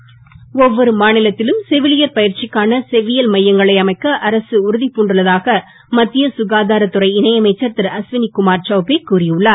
செவிலியர் ஒவ்வொரு மாநிலத்திலும் செவிலியர் பயிற்சிக்கான செவ்வியல் மையங்களை அமைக்க அரசு உறுதிபுண்டுள்ளதாக மத்திய சுகாதார துறை இணை அமைச்சர் திரு அஸ்வினி குமார் சௌபே கூறி உள்ளார்